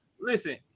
listen